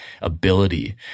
ability